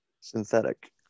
Synthetic